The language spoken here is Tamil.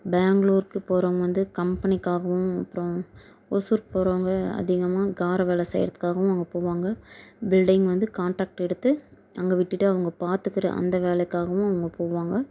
பெங்களூர்க்கு போறவங்க வந்து கம்பெனிக்காகவும் அப்புறம் ஓசூருக்கு போகிறவங்க அதிகமாக கார் வேலை செய்கிறதுக்காகவும் அங்கே போவாங்க பில்டிங் வந்து கான்ட்ராக்ட் எடுத்து அங்கே விட்டுவிட்டு அவங்க பார்த்துக்குற அந்த வேலைக்காகவும் அவங்க போவாங்க